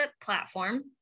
platform